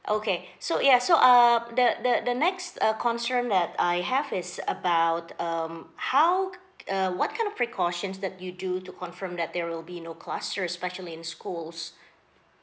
okay so ya so um the the the next uh concern that I have is about um how uh what kind of precautions that you do to confirm that there will be no clusters especially in schools